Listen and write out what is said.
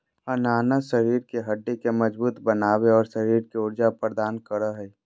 अनानास शरीर के हड्डि के मजबूत बनाबे, और शरीर के ऊर्जा प्रदान करो हइ